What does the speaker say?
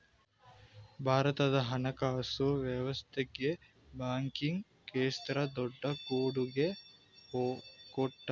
ಭಾರತದ ಹಣಕಾಸು ವ್ಯವಸ್ಥೆಗೆ ಬ್ಯಾಂಕಿಂಗ್ ಕ್ಷೇತ್ರ ದೊಡ್ಡ ಕೊಡುಗೆ ಕೊಟ್ಟವ್ರೆ